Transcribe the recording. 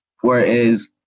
whereas